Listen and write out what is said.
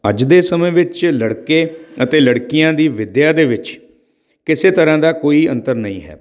ਅੱਜ ਦੇ ਸਮੇਂ ਵਿੱਚ ਲੜਕੇ ਅਤੇ ਲੜਕੀਆਂ ਦੀ ਵਿੱਦਿਆ ਦੇ ਵਿੱਚ ਕਿਸੇ ਤਰ੍ਹਾਂ ਦਾ ਕੋਈ ਅੰਤਰ ਨਹੀਂ ਹੈ